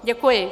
Děkuji.